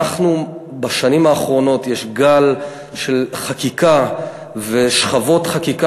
בשנים האחרונות יש גל של חקיקה ושכבות חקיקה